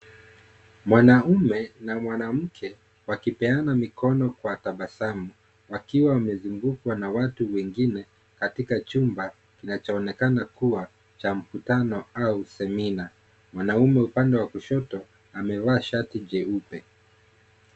Mwanamume na mwanamke wakipeana mikono kwa tabasamu. Wakiwa wamezungukwa na watu wengine katika chumba kinachoonekana kuwa cha mkutano au semina. Mwanamume upande wa kushoto amevaa shati jeupe.